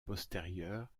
postérieurs